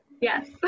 Yes